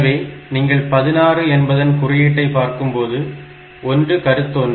2 2 2 எனவே நீங்கள் 16 என்பதன் குறியீட்டை பார்க்கும்போது ஒன்று கருத தோன்றும்